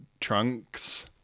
trunks